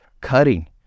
cutting